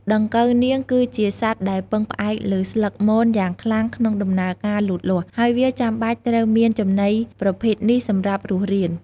ដង្កូវនាងគឺជាសត្វដែលពឹងផ្អែកលើស្លឹកមនយ៉ាងខ្លាំងក្នុងដំណើរការលូតលាស់ ដោយវាចាំបាច់ត្រូវមានចំណីប្រភេទនេះសម្រាប់រស់រាន។